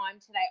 today